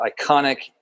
iconic